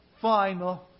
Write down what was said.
final